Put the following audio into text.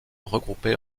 regroupées